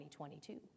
2022